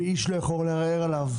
ואיש לא יכול לערער עליו.